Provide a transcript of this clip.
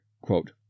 quote